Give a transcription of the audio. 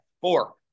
four